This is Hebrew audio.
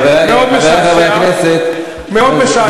חברי, חברי הכנסת, מאוד משעשע.